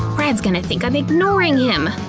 brad's gonna think i'm ignoring him.